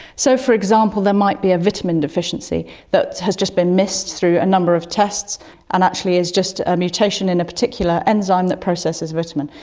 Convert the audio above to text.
so, for example, there might be a vitamin deficiency that has just been missed through a number of tests and actually is just a mutation in a particular enzyme that processes a vitamin.